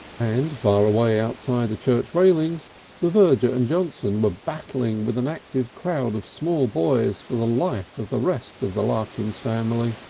and far away outside the church railings the verger and johnson were battling with an active crowd of small boys for the life of the rest of the larkins family.